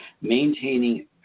maintaining